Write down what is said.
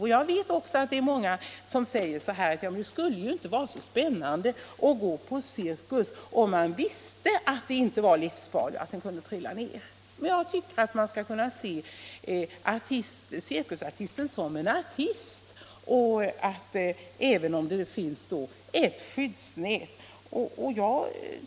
Nu vet jag att många säger, att det skulle ju inte vara så spännande att gå på cirkus om man visste att artisterna inte löpte några risker om de föll ner, men jag tycker att man skall kunna se dem som artister även om det finns skyddsnät.